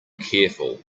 careful